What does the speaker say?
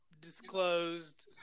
disclosed